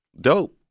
Dope